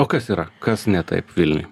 o kas yra kas ne taip vilniuj